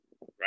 right